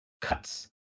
cuts